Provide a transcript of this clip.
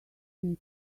him